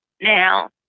Now